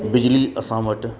बिजली असां वटि